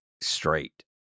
straight